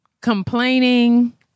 complaining